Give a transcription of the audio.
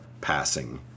passing-